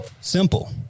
Simple